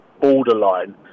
borderline